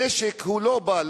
הנשק לא בא,